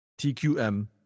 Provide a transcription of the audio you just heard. TQM